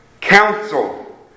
council